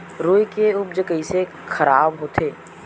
रुई के उपज कइसे खराब होथे?